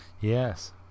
Yes